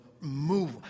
move